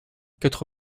quatre